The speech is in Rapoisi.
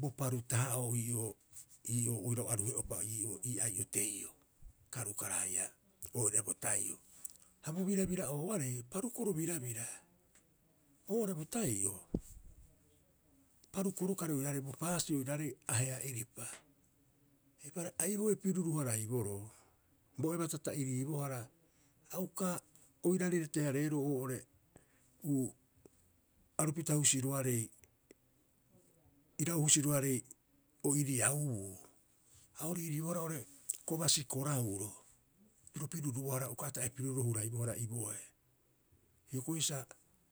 bo paru taha'oo ii'oo ii'oo oirau aruhe'upa ii'oo ii ai'oteioo. Karukara haia ii'oo bo tai'o. Ha bo birabira'ooarei, parukoro birabira. Oo'ore bo tai'o parukorokari oiraarei, bo paasi'i oiraarei ahea'iripa. Eipaareha a ibooe piruru- haraiboroo, bo eba ta ta'iriibohara, a uka oiraarei rete- hareeroo oo'ore uu arupita husiroarei, irau husiroarei o iriaubuu. A o riiriibohara oo'ore kobasi korauro, piro pirurubohara, uka ata'e pirururo a huraibohara iibooe. Hioko'i sa